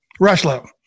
Rushlow